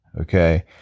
Okay